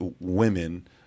women